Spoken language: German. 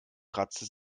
kratzte